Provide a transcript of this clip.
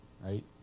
right